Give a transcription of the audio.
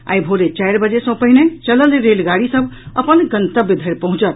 आई भोरे चारि बजे सँ पहिने चलल रेलगाड़ी सभ अपन गंतव्य धरि पहुंचत